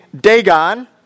Dagon